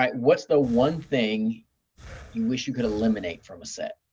um what's the one thing you wish you could eliminate from a set?